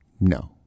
No